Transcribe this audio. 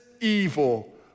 evil